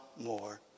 more